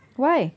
why